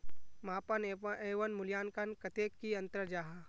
मापन एवं मूल्यांकन कतेक की अंतर जाहा?